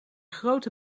grote